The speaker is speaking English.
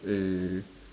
a